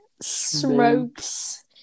smokes